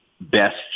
best